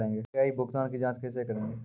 UPI भुगतान की जाँच कैसे करेंगे?